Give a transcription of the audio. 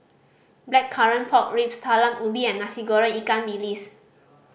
Blackcurrant Pork Ribs Talam Ubi and Nasi Goreng ikan bilis